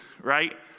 right